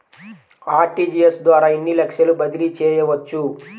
RTGS ద్వారా ఎన్ని లక్షలు బదిలీ చేయవచ్చు?